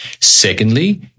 Secondly